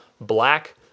black